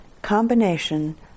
combination